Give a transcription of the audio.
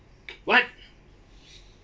what